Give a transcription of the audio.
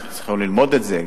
צריך ללמוד את זה,